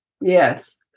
Yes